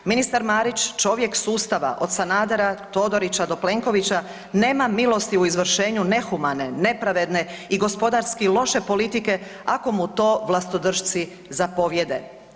Ministar Marić, čovjek sustava od Sanadera, Todorića do Plenkovića nema milosti u izvršenju nehumane, nepravedne i gospodarski loše politike ako mu to vlastodršci zapovjede.